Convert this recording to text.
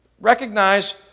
Recognize